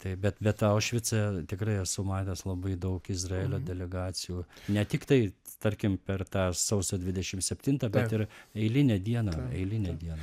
tai bet bet aušvice tikrai esu matęs labai daug izraelio delegacijų ne tiktai tarkim per tą sausio dvidešim septintą bet ir eilinę dieną eilinę dieną